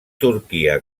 turquia